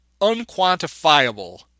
unquantifiable